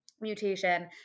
Mutation